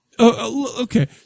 Okay